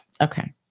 Okay